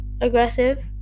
aggressive